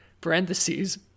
parentheses